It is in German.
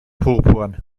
purpurn